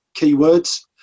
keywords